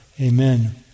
Amen